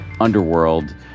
underworld